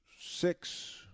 six